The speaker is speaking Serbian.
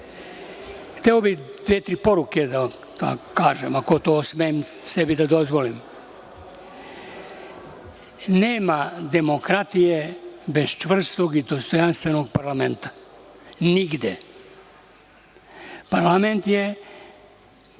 bih dve, tri poruke da vam kažem, ako to smem sebi da dozvolim. Nema demokratije bez čvrstog i dostojanstvenog parlamenta, nigde. Parlament je